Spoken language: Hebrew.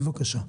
בבקשה.